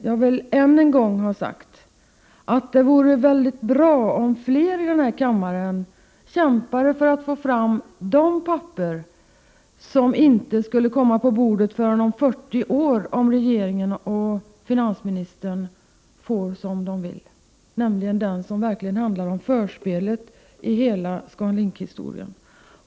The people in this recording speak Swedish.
Jag vill än en gång säga att det vore väldigt bra om flera i denna kammare kämpade för att få fram de papper som inte skulle komma på bordet förrän om 40 år, om regeringen och finansministern skulle få som de vill. Det gäller de papper som handlar om förspelet till ScanLink-historien.